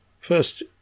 First